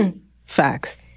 Facts